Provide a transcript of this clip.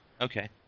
okay